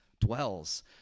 dwells